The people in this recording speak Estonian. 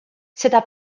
seda